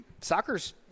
Soccer's